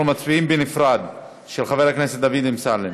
אנחנו מצביעים בנפרד, של חבר הכנסת דוד אמסלם.